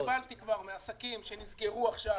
קיבלתי כבר כמה פניות מעסקים שנסגרו עכשיו,